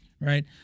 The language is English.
right